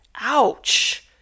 Ouch